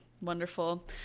Wonderful